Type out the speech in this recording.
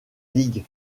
ligue